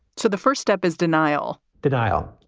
so the first step is denial. denial.